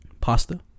pasta